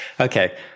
Okay